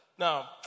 Now